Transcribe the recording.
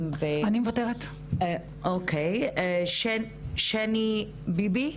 לדבר, שני ביבי,